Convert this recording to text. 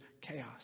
chaos